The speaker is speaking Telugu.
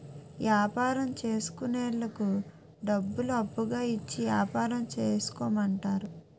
యాపారం చేసుకున్నోళ్లకు డబ్బులను అప్పుగా ఇచ్చి యాపారం చేసుకోమంటారు